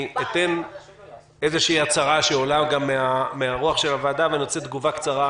אתן איזו הצהרה שעולה גם מן הרוח של הוועדה ואני רוצה תגובה קצרה,